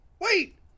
wait